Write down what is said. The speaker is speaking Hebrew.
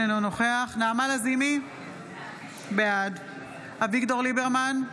אינו נוכח נעמה לזימי, בעד אביגדור ליברמן,